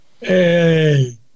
Hey